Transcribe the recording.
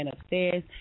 upstairs